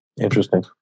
Interesting